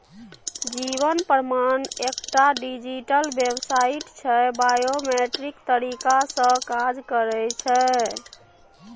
जीबन प्रमाण एकटा डिजीटल बेबसाइट छै बायोमेट्रिक तरीका सँ काज करय छै